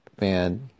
man